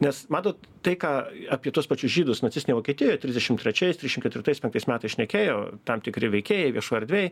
nes matot tai ką apie tuos pačius žydus nacistinėj vokietijoj trisdešim trečiais trišim ketvirtais penktais metais šnekėjo tam tikri veikėjai viešoj erdvėj